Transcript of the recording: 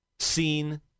Seen